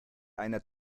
einer